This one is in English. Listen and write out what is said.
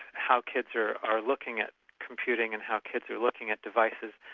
how kids are are looking at computing and how kids are looking at devices,